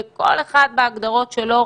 כל אחד בהגדרות שלו.